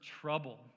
trouble